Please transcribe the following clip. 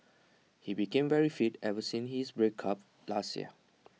he became very fit ever since his breakup last year